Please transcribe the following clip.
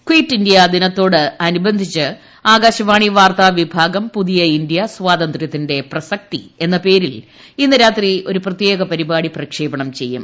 quit India ദിനത്തോടനുബന്ധിച്ച് ആകാശവാണി വാർത്താ വിഭാഗം പുതിയ ഇന്ത്യ സ്വാതന്ത്യത്തിന്റെ പ്രസക്തി എന്ന പേരിൽ ഇന്നു രാത്രി പ്രത്യേക പരിപാടി പ്രക്ഷേപണം ചെയ്യും